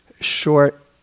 short